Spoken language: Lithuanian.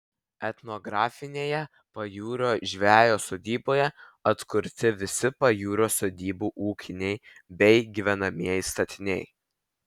etnografinėje pajūrio žvejo sodyboje atkurti visi pajūrio sodybų ūkiniai bei gyvenamieji statiniai